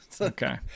Okay